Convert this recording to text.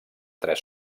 tres